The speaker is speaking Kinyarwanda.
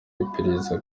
y’iperereza